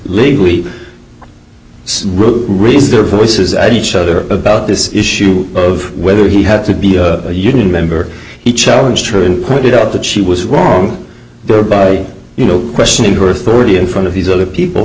legally raised their voices at each other about this issue of whether he had to be a union member he challenged her and pointed out that she was wrong there by you know questioning her thirty in front of these other people